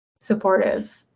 supportive